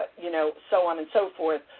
you know, so on and so forth,